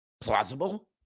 plausible